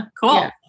Cool